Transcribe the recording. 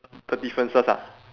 the differences ah